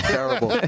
Terrible